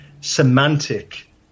semantic